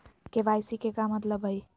KYC के का मतलब हई?